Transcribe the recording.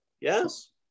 Yes